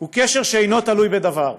הוא קשר שאינו תלוי בדבר.